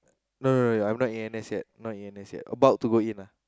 no no no I'm not in N_S yet not in N_S yet about to go in ah